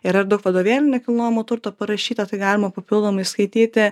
yra daug vadovėlių nekilnojamo turto parašyta tai galima papildomai skaityti